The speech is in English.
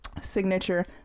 signature